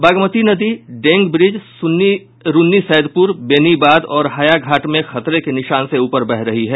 बागमती नदी डेंग ब्रिज रून्नी सैदपुर बेनीबाद और हायाघाट में खतरे के निशान से ऊपर बह रही है